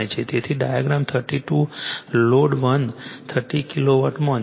તેથી diagram 32 load 1 30 KW માં 0